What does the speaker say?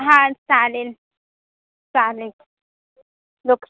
हां चालेल चालेल लोक